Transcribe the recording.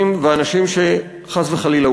בקריית-שמונה ועל אנשים שחס וחלילה,